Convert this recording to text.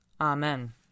Amen